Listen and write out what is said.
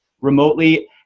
remotely